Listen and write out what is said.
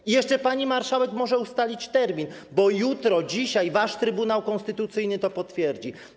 I jeszcze pani marszałek może ustalić termin, bo jutro, dzisiaj wasz Trybunał Konstytucyjny to potwierdzi.